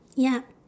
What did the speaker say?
ya